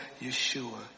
Yeshua